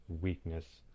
weakness